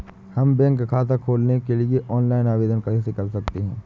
हम बैंक खाता खोलने के लिए ऑनलाइन आवेदन कैसे कर सकते हैं?